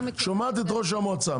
שומעת את ראש המועצה,